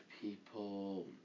people